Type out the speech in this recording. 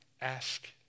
ask